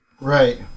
right